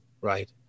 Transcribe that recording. Right